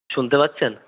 শুনতে পাচ্ছেন